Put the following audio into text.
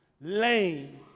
lame